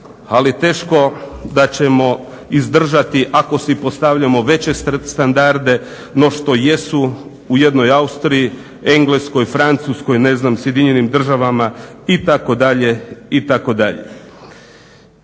ali teško da ćemo izdržati ako si postavljamo veće standarde, no što jesu u jednoj Austriji, Engleskoj, Francuskoj, ne znam Sjedinjenim državama itd.,